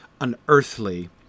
unearthly